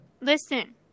listen